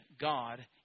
God